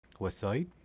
Westside